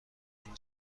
این